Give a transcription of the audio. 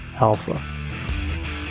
alpha